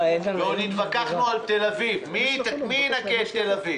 ועוד התווכחנו מי ינקה את תל אביב.